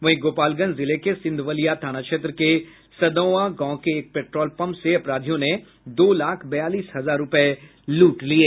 वहीं गोपालगंज जिले के सिधवलिया थाना क्षेत्र के सदौंआ गांव के एक पेट्रोल पंप से अपराधियों ने दो लाख बयालीस हजार रूपये लूट लिये